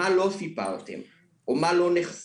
מה לא סיפרתם או מה לא נחשף.